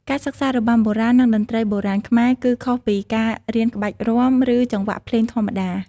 ការសិក្សា របាំបុរាណ និង តន្ត្រីបុរាណខ្មែរ គឺខុសពីការរៀនក្បាច់រាំ ឬចង្វាក់ភ្លេងធម្មតា។